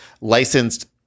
licensed